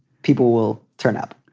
people will turn up